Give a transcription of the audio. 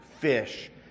fish